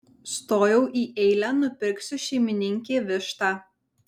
stojau į eilę nupirksiu šeimininkei vištą